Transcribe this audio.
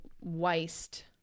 waste